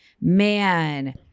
man